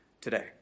today